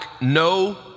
no